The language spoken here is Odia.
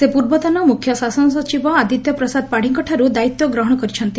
ସେ ପୂର୍ବତନ ମୁଖ୍ୟ ଶାସନ ସଚିବ ଆଦିତ୍ୟ ପ୍ରସାଦ ପାତ୍ୀଙ୍କଠାରୁ ଦାୟିତ୍ୱ ଗ୍ରହଣ କରିଛନ୍ତି